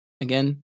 Again